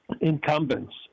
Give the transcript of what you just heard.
incumbents